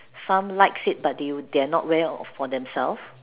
some likes it but they will they are not wear for themself